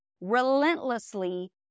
relentlessly